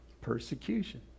persecution